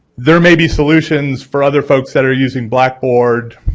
there may be solutions for other folks that are using blackboard.